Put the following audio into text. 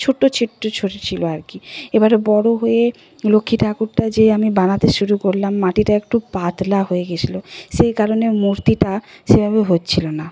ছোট্ট ছিল আর কি এবারে বড়ো হয়ে লক্ষ্মী ঠাকুরটা যে আমি বানাতে শুরু করলাম মাটিটা একটু পাতলা হয়ে গেছিল সেই কারণে মূর্তিটা সেভাবে হচ্ছিল না